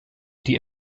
die